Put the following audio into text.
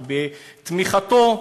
ובתמיכתו,